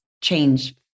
change